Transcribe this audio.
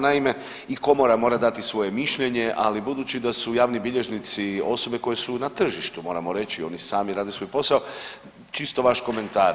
Naime i komora mora dati svoje mišljenje, ali budući da su javni bilježnici osobe koje su na tržištu, moramo reći oni sami rade svoj posao čisto vaš komentar.